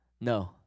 No